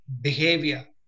behavior